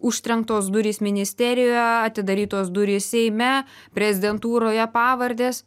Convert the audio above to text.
užtrenktos durys ministerijoje atidarytos durys seime prezidentūroje pavardės